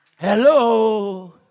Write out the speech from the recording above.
Hello